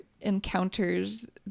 encounters